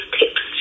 tips